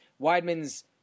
Weidman's